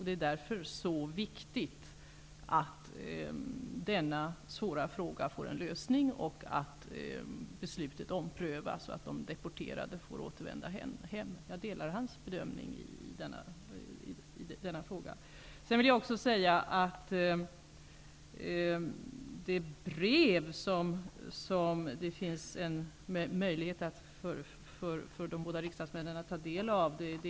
Det är därför viktigt att denna svåra fråga får en lösning och att beslutet omprövas, så att de deporterade får återvända till sina hem. Det finns möjlighet för dessa båda riksdagsledamöter att ta del av det här brevet.